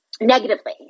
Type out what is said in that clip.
negatively